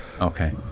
Okay